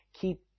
keep